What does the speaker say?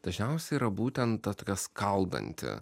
dažniausiai yra būtent ta tokia skaldanti